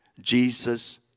Jesus